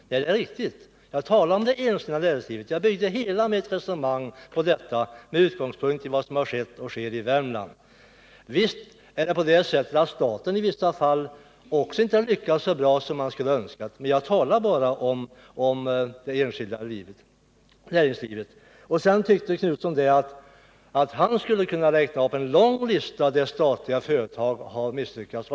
Nej, det är riktigt, för jag talade om det enskilda näringslivet. Jag byggde hela mitt resonemang på detta med utgångspunkt i vad som har skett och sker i Värmland. Naturligtvis är det på det sättet att även staten i vissa fall inte lyckats så bra som man skulle kunna ha önskat, men jag talade om det enskilda näringslivet. Göthe Knutson sade — om jag uppfattade honom rätt — att han skulle kunna upprätta en lång lista över tillfällen då statliga företag har misslyckats.